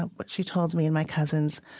what she told me and my cousins,